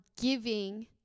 giving